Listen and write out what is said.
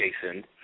Jason